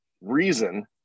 reason